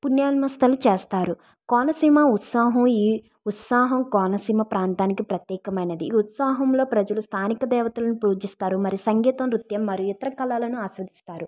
పుణ్యానమస్తలు చేస్తారు కోనసీమ ఉత్సాహం ఈ ఉత్సాహం కోనసీమ ప్రాంతానికి ప్రత్యేకమైనది ఈ ఉత్సాహంలో ప్రజలు స్థానిక దేవతలను పూజిస్తారు మరి సంగీతం నృత్యం మరియు ఇతర కళలను ఆస్వదిస్తారు